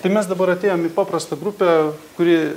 tai mes dabar atėjom į paprastą grupę kuri